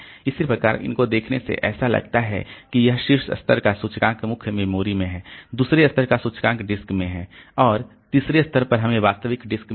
इसी प्रकार इनको देखने से ऐसा लगता है कि यह शीर्ष स्तर का सूचकांक मुख्य मेमोरी में है दूसरे स्तर का सूचकांक डिस्क में है और तीसरे स्तर पर हमें वास्तविक डिस्क मिल गया है